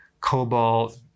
cobalt